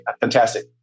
Fantastic